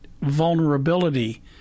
vulnerability